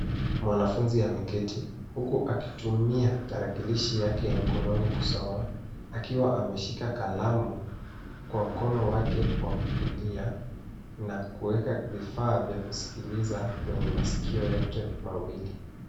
Mwanafunzi ameketi huku akitumia tarakilishi yake ya mkononi kusoma akiwa ameshika kalamu kwa mkono wake wa kulia na kuweka vifaa vya kusikiliza kwenye masikio yote mawili.